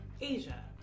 Asia